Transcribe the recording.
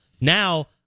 Now